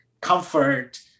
comfort